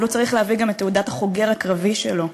אבל הוא צריך להביא גם את תעודת החוגר הקרבי שלו,